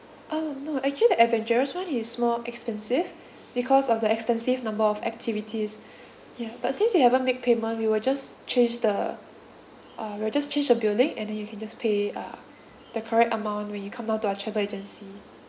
uh no actually the adventurous [one] is more expensive because of the extensive number of activities yeah but since you haven't make payment we will just change the uh we will just change the billing and then you can just pay uh the correct amount when you come down to our travel agency